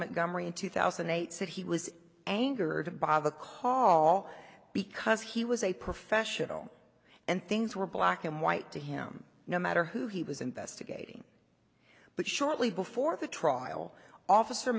montgomery in two thousand and eight said he was angered by the call because he was a professional and things were black and white to him no matter who he was investigating but shortly before the trial officer